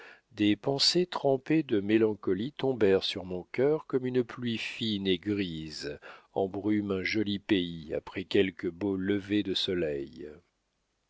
des pensées trempées de mélancolie tombèrent sur mon cœur comme une pluie fine et grise embrume un joli pays après quelque beau lever de soleil